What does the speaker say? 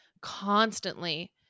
constantly